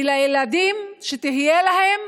ולילדים, שתהיה להם